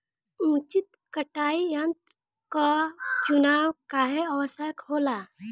उचित कटाई यंत्र क चुनाव काहें आवश्यक होला?